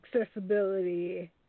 accessibility